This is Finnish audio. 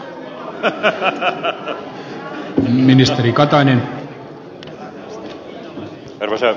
arvoisa puhemies